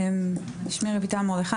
שמי רויטל מרדכי,